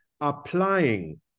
applying